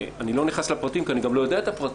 אני לא נכנס לפרטים כי אני גם לא יודע את הפרטים.